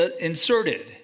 inserted